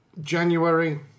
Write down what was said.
January